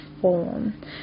form